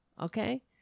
okay